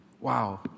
Wow